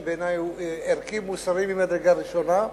שבעיני הוא ערכי-מוסרי ממדרגה ראשונה.